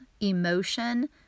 emotion